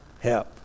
help